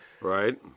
Right